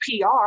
PR